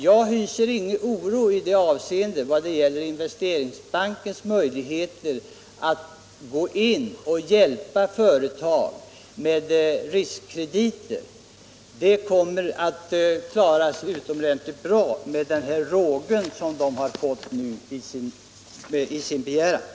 Jag hyser ingen oro i vad gäller Investeringsbankens möjligheter att gå in och hjälpa företag med riskkrediter. Det kommer att klaras utomordentligt bra med den här rågen som banken nu kommer att få.